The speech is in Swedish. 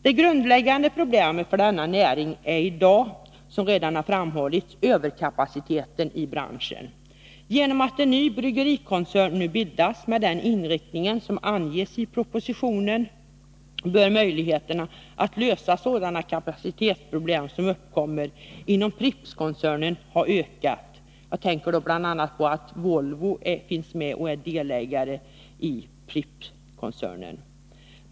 Det grundlägggande problemet för denna näring i dag är, som redan framhållits, överkapaciteten i branschen. Genom att en ny bryggerikoncern nu bildas med den inriktning som anges i propositionen bör möjligheterna att lösa sådana kapacitetsproblem som uppkommer inom Prippskoncernen ha ökat. Jag tänker bl.a. på att Volvo är delägare i den.